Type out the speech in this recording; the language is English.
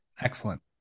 excellent